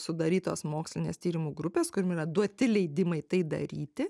sudarytos mokslinės tyrimų grupės kuriom yra duoti leidimai tai daryti